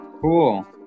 Cool